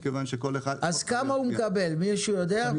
אז כמה הוא מקבל מישהו יודע?